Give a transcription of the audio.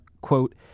quote